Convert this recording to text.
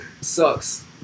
sucks